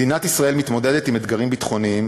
מדינת ישראל מתמודדת עם אתגרים ביטחוניים,